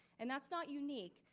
and that's not unique.